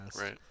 right